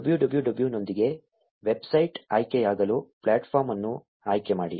www ನೊಂದಿಗೆ website ಆಯ್ಕೆಯಾಗಲು platform ಅನ್ನು ಆಯ್ಕೆಮಾಡಿ